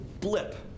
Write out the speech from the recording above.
blip